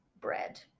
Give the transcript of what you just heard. bread